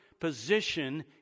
position